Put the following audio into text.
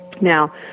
Now